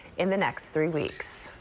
in the next three weeks.